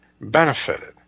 benefited